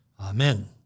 Amen